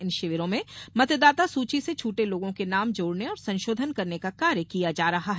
इन शिविरों में मतदाता सूची से छूटे लोगों के नाम जोड़ने और संशोधन करने का कार्य किया जा रहा है